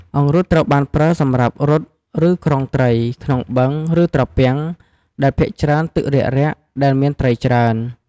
អង្រុតត្រូវបានប្រើសម្រាប់រុត ឬក្រុងត្រី ក្នុងបឹង ឬត្រពាំងដែលភាគច្រើនទឹករាក់ៗ ដែលមានត្រីច្រើន។